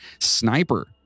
sniper